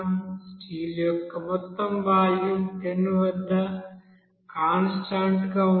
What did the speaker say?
steel యొక్క మొత్తం volume 10 వద్ద కాన్స్టాంట్ గా ఉంటుంది